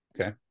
Okay